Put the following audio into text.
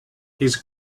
his